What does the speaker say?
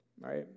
right